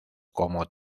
como